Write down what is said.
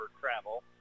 travel